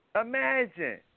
imagine